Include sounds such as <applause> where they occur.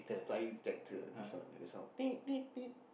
flying detector this one the sound <noise>